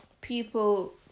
people